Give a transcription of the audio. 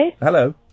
Hello